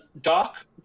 Doc